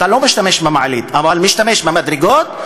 לא משתמש במעלית אלא משתמש במדרגות,